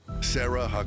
Sarah